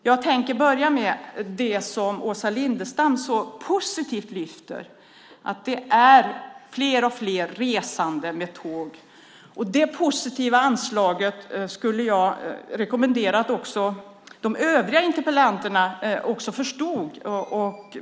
Jag tänker börja med det som Åsa Lindestam lyfter fram så positivt, nämligen att det är fler och fler som reser med tåg. Det positiva anslaget skulle jag rekommendera att de övriga interpellanterna också förstår.